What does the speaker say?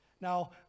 Now